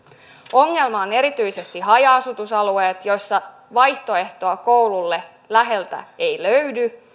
ongelma on erityisesti haja asutusalueet joissa vaihtoehtoa koululle läheltä ei löydy